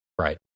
right